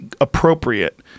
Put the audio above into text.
appropriate